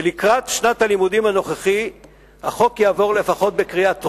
שלקראת שנת הלימודים הנוכחית החוק יעבור לפחות בקריאה טרומית,